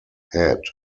head